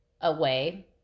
away